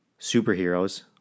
superheroes